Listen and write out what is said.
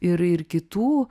ir ir kitų